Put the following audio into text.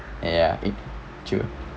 ya it true